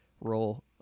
role